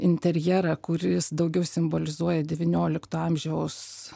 interjerą kuris daugiau simbolizuoja devyniolikto amžiaus